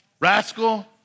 Rascal